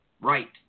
right